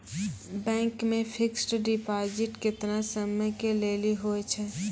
Bank मे fixed deposit केतना समय के लेली होय छै?